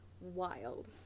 wild